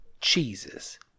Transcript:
cheeses